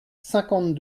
cinquante